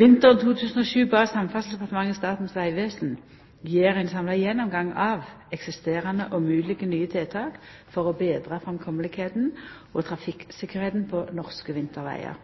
Vinteren 2007 bad Samferdselsdepartementet Statens vegvesen gjera ein samla gjennomgang av eksisterande og moglege nye tiltak for å betra framkomsten og trafikktryggleiken på norske vintervegar.